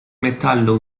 metallo